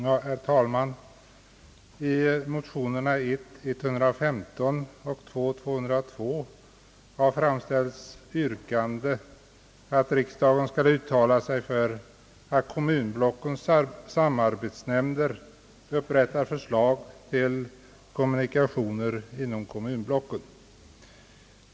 Herr talman! I motionerna I: 115 och II: 202 har yrkats att riksdagen skall uttala sig för att kommunblockens samarbetsnämnder upprättar förslag till kommunikationer inom blocken.